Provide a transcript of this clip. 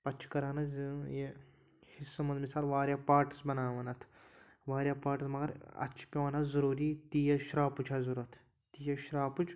پَتہٕ چھِ کَران حظ یہِ حِصَن منٛز مِثال واریاہ پاٹٕس بَناوان اَتھ واریاہ پاٹٕس مگر اَتھ چھِ پٮ۪وان حظ ضٔروٗری تیز شرٛاپُچ حظ ضوٚرَتھ تیز شرٛاپُچ